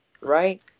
Right